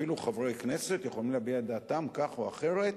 אפילו חברי כנסת שיכולים להביע את דעתם כך או אחרת.